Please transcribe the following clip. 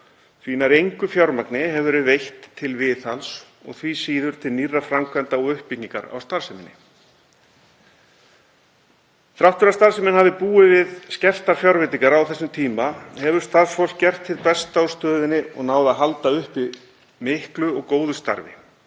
næst engu fjármagni hefur verið veitt til viðhalds og því síður til nýrra framkvæmda og uppbyggingar á starfseminni. Þrátt fyrir að starfsemin hafi búið við skertar fjárveitingar á þessum tíma hefur starfsfólk gert hið besta úr stöðunni og náð að halda uppi miklu og góðu starfi,